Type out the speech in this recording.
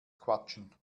quatschen